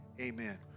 amen